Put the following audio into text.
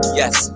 yes